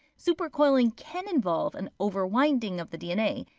supercoiling can involve an over-winding of the dna,